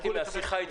בסדר.